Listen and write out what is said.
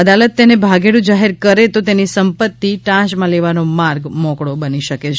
અદાલત તેને ભાગેડુ જાહેર કરે તો તેની સંપત્તી ટાંચમાં લેવાનો માર્ગ મોકળો બની શકે છે